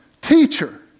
teacher